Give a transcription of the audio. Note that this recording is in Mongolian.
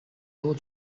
дуу